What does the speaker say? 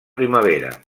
primavera